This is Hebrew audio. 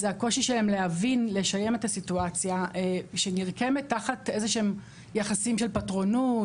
זה הקושי שלהם להבין את הסיטואציה שנרקמת תחת איזשהם יחסית של פטרונות,